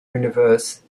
universe